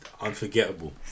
Unforgettable